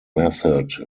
method